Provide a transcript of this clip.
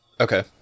Okay